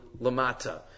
lamata